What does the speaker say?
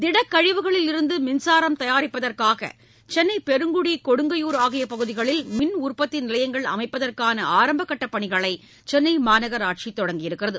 திடக்கழிவுகளிலிருந்து மின்சாரம் தயாரிப்பதற்காக சென்னை பெருங்குடி கொடுங்கையூர் ஆகிய பகுதிகளில் மின் உற்பத்தி நிலையங்கள் அமைப்பதற்கான ஆரம்பக் கட்ட பணிகளை சென்னை மாநகராட்சி தொடங்கியுள்ளது